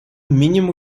mínimo